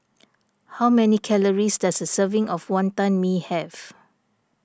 how many calories does a serving of Wonton Mee have